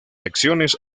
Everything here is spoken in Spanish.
secciones